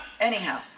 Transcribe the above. anyhow